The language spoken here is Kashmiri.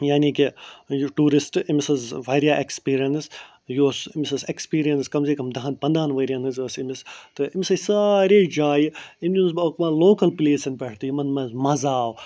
یعنی کہ یہِ ٹوٗرسٹ أمِس ٲسۍ واریاہ اٮ۪کٕسپریٖنَس یہِ اوس أمِس ٲسۍ اٮ۪کٕسپریٖنَس کم سے کم داہَن پَنٛدٕہَن ؤری یَن ۂنٛز ٲسۍ أمِس تہٕ أمِس ٲسۍ سارے جایہِ أمۍ نیونَس بہٕ لوکَل پٕلیسَن پٮ۪ٹھ تہِ یِمَن منٛز مَزٕ آو